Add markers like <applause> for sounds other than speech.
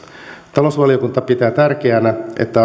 talousvaliokunta pitää tärkeänä että <unintelligible>